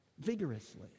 vigorously